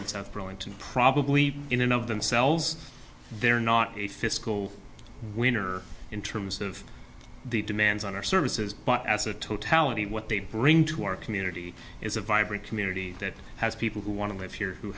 burlington probably in and of themselves they're not a fiscal winner in terms of the demands on our services but as a totality what they bring to our community is a vibrant community that has people who want to live here who